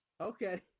Okay